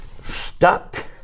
Stuck